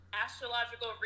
astrological